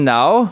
now